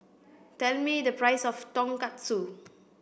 tell me the price of Tonkatsu